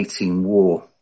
war